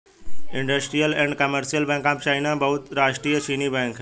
industrial and commercial bank of China बहुराष्ट्रीय चीनी bank है